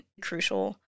crucial